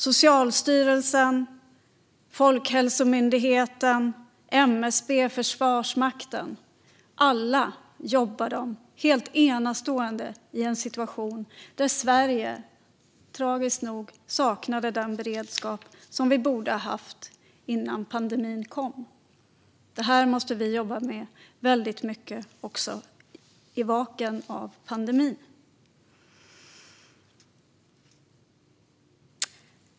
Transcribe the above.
Socialstyrelsen, Folkhälsomyndigheten, MSB och Försvarsmakten - alla jobbar de helt enastående i en situation där Sverige, tragiskt nog, saknat den beredskap vi borde ha haft innan pandemin kom. Det här måste vi jobba med väldigt mycket också efter pandemin.